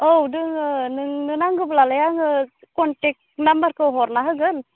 औ दोङो नोंनो नांगौब्लालाय आङो कन्टेक्ट नाम्बारखौ हरना होगोन